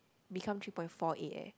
become three point four eight eh